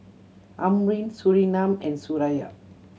Amrin Surinam and Suraya